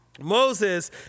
Moses